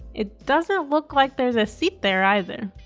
it doesn't look like there's a seat there either.